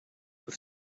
with